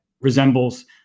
resembles